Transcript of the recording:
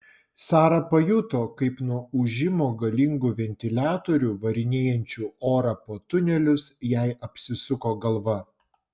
sara pajuto kaip nuo ūžimo galingų ventiliatorių varinėjančių orą po tunelius jai apsisuko galva